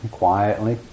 quietly